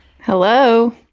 Hello